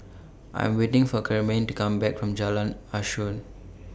I Am waiting For Karyme to Come Back from Jalan Asuhan